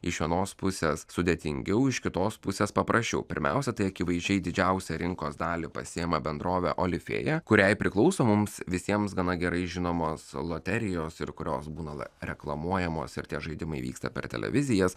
iš vienos pusės sudėtingiau iš kitos pusės paprasčiau pirmiausia tai akivaizdžiai didžiausią rinkos dalį pasiima bendrovė olifėja kuriai priklauso mums visiems gana gerai žinomos loterijos ir kurios būna reklamuojamos ir tie žaidimai vyksta per televizijas